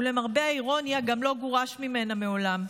ולמרבה האירוניה גם לא גורש ממנה מעולם.